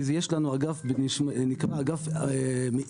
כי יש לנו אגף שנקרא "אגף מאיץ",